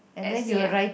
essay ah